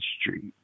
Street